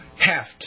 heft